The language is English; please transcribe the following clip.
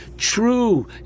True